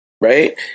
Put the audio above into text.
right